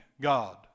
God